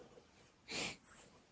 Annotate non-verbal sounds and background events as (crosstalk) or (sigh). (noise)